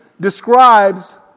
describes